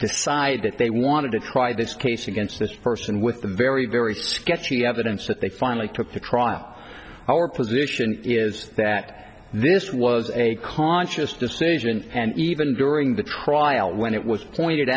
decide that they wanted to try this case against this person with the very very sketchy evidence that they finally took to trial our position is that this was a conscious decision and even during the trial when it was pointed